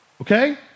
Okay